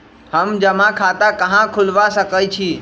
हम जमा खाता कहां खुलवा सकई छी?